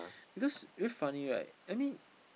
because very funny right I mean